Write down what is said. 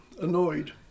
annoyed